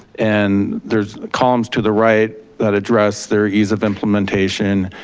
and there's columns to the right that address their ease of implementation,